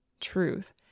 truth